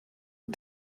and